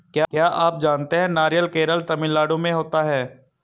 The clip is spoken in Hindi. क्या आप जानते है नारियल केरल, तमिलनाडू में होता है?